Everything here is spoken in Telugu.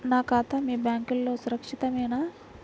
నా ఖాతా మీ బ్యాంక్లో సురక్షితమేనా?